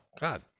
God